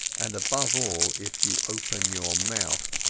and above all if you open your mouth,